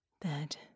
bed